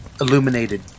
illuminated